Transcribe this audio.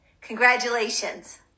Congratulations